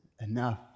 enough